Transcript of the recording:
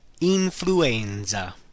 Influenza